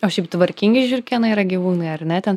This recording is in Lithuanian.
o šiaip tvarkingi žiurkėnai yra gyvūnai ar ne ten